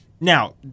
Now